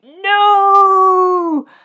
no